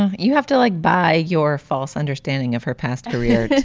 you have to, like, buy your false understanding of her past career